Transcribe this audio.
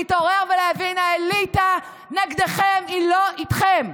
להתעורר ולהבין, האליטה נגדכם, היא לא איתכם.